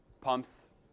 pumps